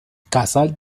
casal